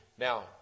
Now